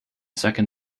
second